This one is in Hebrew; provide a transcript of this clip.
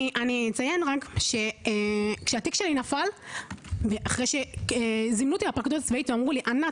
אציין שהתיק שלי נפל אחרי שזימנו אותי לפרקליטות הצבאית ואמרו לי: ענת,